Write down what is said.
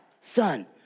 Son